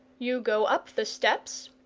you go up the steps,